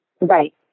Right